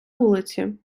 вулиці